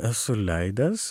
esu leidęs